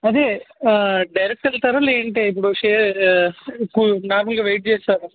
అదే డైరెక్ట్ వెళ్తారా లేదంటే ఇప్పుడు షేర్ నార్మల్గా వెయిట్ చేస్తారా